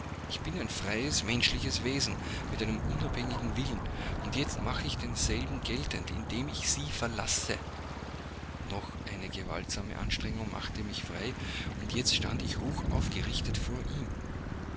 ich bin ein freies menschliches wesen mit einem unabhängigen willen und jetzt mache ich denselben geltend indem ich sie verlasse noch eine gewaltsame anstrengung machte mich frei und jetzt stand ich hoch aufgerichtet vor ihm